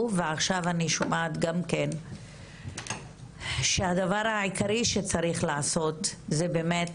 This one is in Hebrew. ועכשיו אני שומעת גם כן שהדבר העיקרי שצריך לעשות זה באמת